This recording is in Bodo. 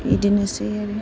बिदिनोसै आरो